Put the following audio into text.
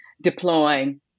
deploying